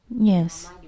Yes